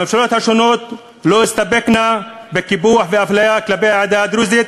הממשלות השונות לא הסתפקו בקיפוח ואפליה כלפי העדה הדרוזית,